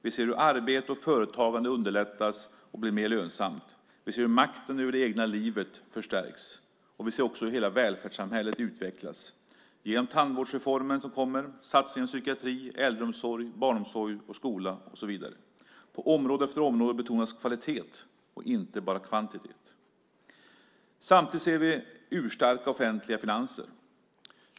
Vi ser hur arbete och företagande underlättas och blir mer lönsamt. Vi ser hur makten över det egna livet förstärks. Vi ser också hur hela välfärdssamhället utvecklas genom tandvårdsreformen, satsningar inom psykiatri, äldreomsorg, barnomsorg, skola och så vidare. På område efter område betonas kvalitet och inte bara kvantitet. Samtidigt ser vi urstarka offentliga finanser.